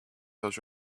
those